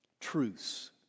truths